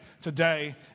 today